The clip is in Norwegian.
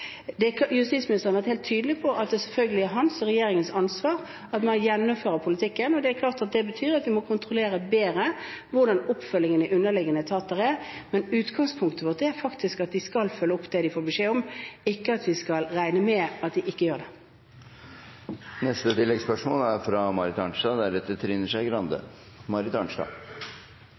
Justisministeren har vært helt tydelig på at det selvfølgelig er hans og regjeringens ansvar at man gjennomfører politikken, og det betyr at vi må kontrollere bedre hvordan oppfølgingen i underliggende etater er. Men utgangspunktet vårt er faktisk at de skal følge opp det de får beskjed om, ikke at vi skal regne med at de ikke gjør det. Marit Arnstad – til oppfølgingsspørsmål. Det er